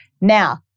Now